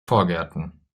vorgärten